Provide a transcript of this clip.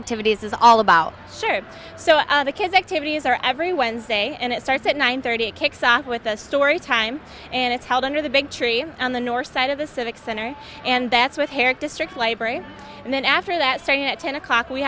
activities is all about shared so the kids activities are every wednesday and it starts at nine thirty it kicks off with a story time and it's held under the big tree on the north side of the civic center and that's with eric district library and then after that starting at ten o'clock we